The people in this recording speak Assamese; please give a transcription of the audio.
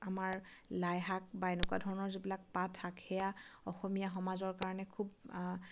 আমাৰ লাইশাক বা এনেকুৱা ধৰণৰ যিবিলাক পাত শাক সেয়া অসমীয়া সমাজৰ কাৰণে খুব